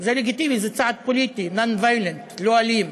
זה לגיטימי, זה צעד פוליטי non violent, לא אלים.